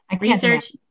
research